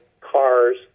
cars